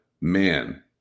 man